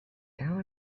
now